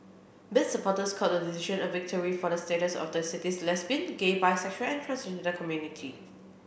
bid supporters called the decision a victory for the status of the city's lesbian gay bisexual and transgender community